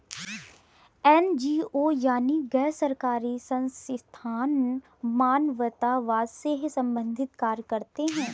NGO यानी गैर सरकारी संस्थान मानवतावाद से संबंधित कार्य करते हैं